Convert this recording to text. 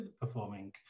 performing